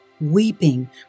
Weeping